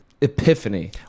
epiphany